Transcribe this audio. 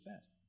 fast